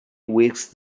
whisked